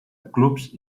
clubs